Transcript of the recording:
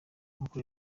nkuko